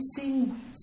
seeing